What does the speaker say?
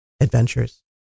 adventures